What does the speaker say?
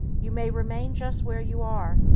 you may remain just where you are,